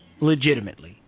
legitimately